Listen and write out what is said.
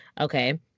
okay